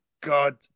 God